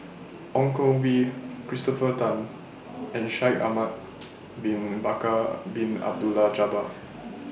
Ong Koh Bee Christopher Tan and Shaikh Ahmad Bin Bakar Bin Abdullah Jabbar